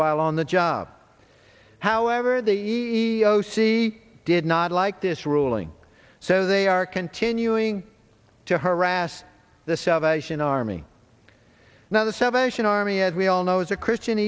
while on the job however the e e o c did not like this ruling so they are continuing to harass the salvation army now the salvation army as we all know is a christian